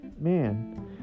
man